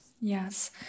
Yes